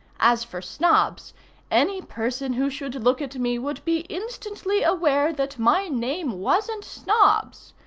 as for snobbs any person who should look at me would be instantly aware that my name wasn't snobbs.